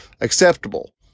acceptable